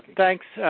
thanks,